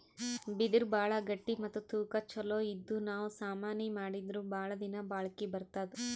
ಬಿದಿರ್ ಭಾಳ್ ಗಟ್ಟಿ ಮತ್ತ್ ತೂಕಾ ಛಲೋ ಇದ್ದು ನಾವ್ ಸಾಮಾನಿ ಮಾಡಿದ್ರು ಭಾಳ್ ದಿನಾ ಬಾಳ್ಕಿ ಬರ್ತದ್